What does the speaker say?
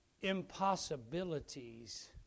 impossibilities